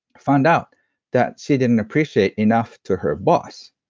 found out that she didn't appreciate enough to her boss,